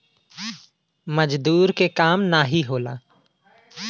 मजदूर के काम नाही होला